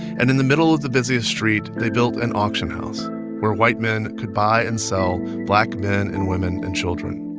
and in the middle of the busiest street, they built an auction house where white men could buy and sell so black men and women and children.